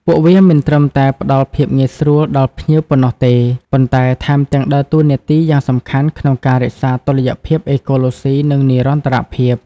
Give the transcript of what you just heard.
ពួកវាមិនត្រឹមតែផ្តល់ភាពងាយស្រួលដល់ភ្ញៀវប៉ុណ្ណោះទេ ប៉ុន្តែថែមទាំងដើរតួនាទីយ៉ាងសំខាន់ក្នុងការរក្សាតុល្យភាពអេកូឡូស៊ី និងនិរន្តរភាព។